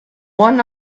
one